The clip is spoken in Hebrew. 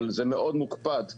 אבל זה מאוד מוקפד תכנונית,